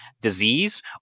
disease